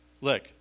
Look